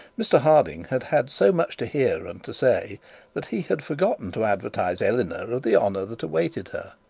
mr harding had had so much to hear and to say that he had forgotten to advertise eleanor of the honour that awaited her,